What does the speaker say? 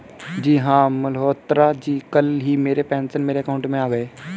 जी हां मल्होत्रा जी कल ही मेरे पेंशन मेरे अकाउंट में आ गए